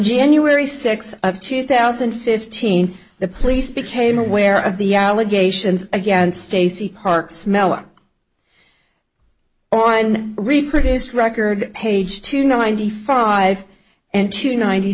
january sixth of two thousand and fifteen the police became aware of the allegations against stacy park's mela or on reproduced record page two ninety five and two ninety